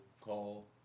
call